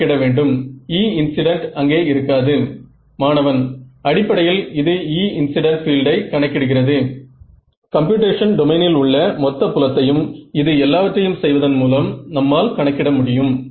நீங்கள் இன்னும் வேகமாக கன்வர்ஜென்ஸ் ஐ அடைய முடியும்